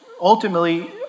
ultimately